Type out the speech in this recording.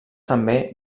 també